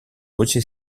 voce